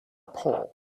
pole